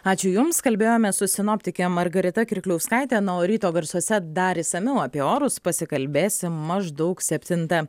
ačiū jums kalbėjomės su sinoptike margarita kirkliauskaite na o ryto garsuose dar išsamiau apie orus pasikalbėsim maždaug septintą